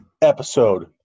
Episode